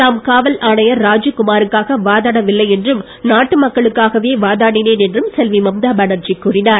தாம் காவல் ஆணையர் ராஜீவ்குமாருக்காக வாதாடவில்லை என்றும் நாட்டு மக்களுக்காகவே வாதாடினேன் என்றும் செல்வி மம்தா பேனர்ஜி கூறினார்